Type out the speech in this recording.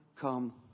come